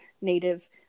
native